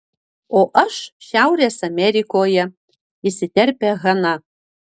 o aš šiaurės amerikoje įsiterpia hana